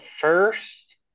first